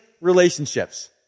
relationships